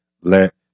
let